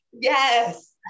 yes